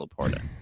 Laporta